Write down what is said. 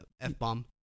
F-bomb